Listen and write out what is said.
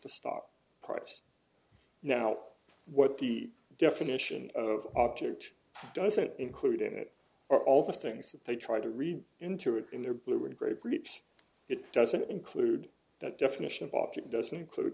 the stock price now what the definition of object doesn't include in it or all the things that they try to read into it in their blue or gray briefs it doesn't include that definition of object doesn't include